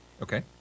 Okay